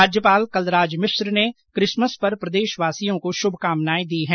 राज्यपाल कलराज मिश्र ने किसमस पर प्रदेशवासियों को शुभकामनाएं दी है